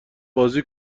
بازی